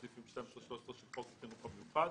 סעיפים 12 13 של חוק החינוך המיוחד".